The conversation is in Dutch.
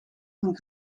van